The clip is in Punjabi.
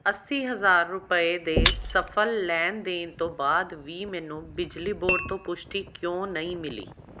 ਅੱਸੀ ਹਜ਼ਾਰ ਰੁਪਏ ਦੇ ਸਫ਼ਲ ਲੈਣ ਦੇਣ ਤੋਂ ਬਾਅਦ ਵੀ ਮੈਨੂੰ ਬਿਜਲੀ ਬੋਰਡ ਤੋਂ ਪੁਸ਼ਟੀ ਕਿਉਂ ਨਹੀਂ ਮਿਲੀ